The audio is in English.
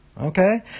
Okay